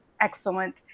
excellent